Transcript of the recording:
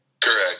Correct